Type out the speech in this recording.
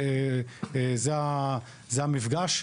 זה המפגש.